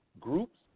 groups